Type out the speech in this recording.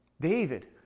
David